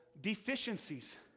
deficiencies